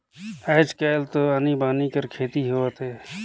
आयज कायल तो आनी बानी कर खेती होवत हे